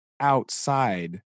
outside